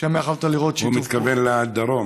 שם יכולת לראות שיתוף פעולה, הוא מתכוון לדרום.